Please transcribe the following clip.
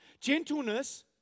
Gentleness